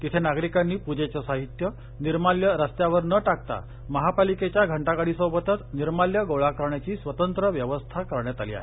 तिथे नागरिकांनी पुजेचं साहित्य निर्माल्य रस्त्यावर न टाकता महापालिकेच्या घंटा गाडी सोबतच निर्माल्य गोळा करण्याची स्वतंत्र व्यवस्था करण्यात आली आहे